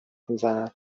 میزند